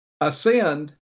ascend